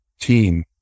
team